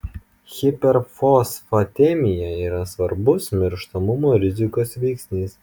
hiperfosfatemija yra svarbus mirštamumo rizikos veiksnys